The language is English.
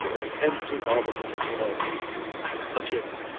um or empty of a particular opinion.